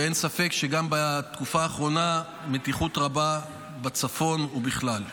ואין ספק שבתקופה האחרונה יש גם מתיחות רבה בצפון ובכלל.